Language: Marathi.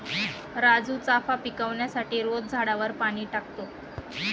राजू चाफा पिकवण्यासाठी रोज झाडावर पाणी टाकतो